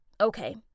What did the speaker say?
okay